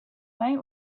night